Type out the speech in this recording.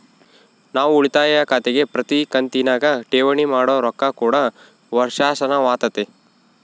ನಾವು ಉಳಿತಾಯ ಖಾತೆಗೆ ಪ್ರತಿ ಕಂತಿನಗ ಠೇವಣಿ ಮಾಡೊ ರೊಕ್ಕ ಕೂಡ ವರ್ಷಾಶನವಾತತೆ